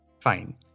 Fine